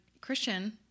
Christian